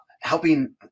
helping